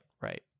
right